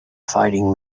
fighting